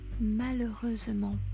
malheureusement